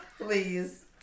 Please